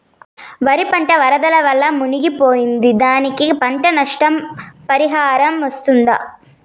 వరి పంట వరదల వల్ల మునిగి పోయింది, దానికి పంట నష్ట పరిహారం వస్తుందా?